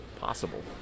possible